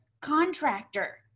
contractor